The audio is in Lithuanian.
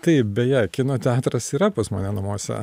taip beje kino teatras yra pas mane namuose